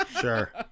sure